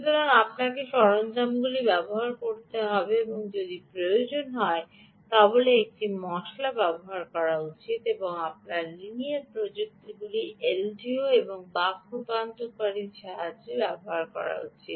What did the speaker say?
সুতরাং আপনাকে সরঞ্জামগুলি ব্যবহার করতে হবে যদি প্রয়োজন হয় তবে এলটি spice ব্যবহার করা উচিত নয় এবং আপনার লিনিয়ার প্রযুক্তিগুলি এলডিওস এবং বক রূপান্তরকারী ব্যবহার করা উচিত